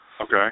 Okay